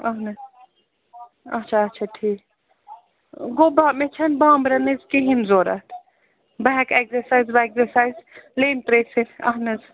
اَہن حظ اَچھا اَچھا ٹھیٖک گوٚو با مےٚ چھَنہٕ بامبرَنچ کِہیٖنٛۍ ضروٗرت بہٕ ہٮ۪کہٕ اٮ۪کزَرسایِز وٮ۪کزَرسایِز لیٚمۍ ترٛیش چٮ۪تھ اَہن حظ